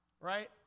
right